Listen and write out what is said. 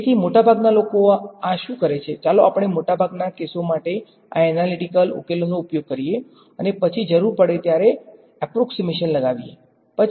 તેથી મોટાભાગના લોકો આ શું કરે છે ચાલો આપણે મોટાભાગના કેસો માટે આ એનાલીટીકલ ઉકેલોનો ઉપયોગ કરીએ અને પછી જરૂર પડે ત્યારે અંદાજીત એપ્રોક્ષીમેશન લગાવવા